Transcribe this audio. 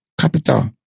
Capital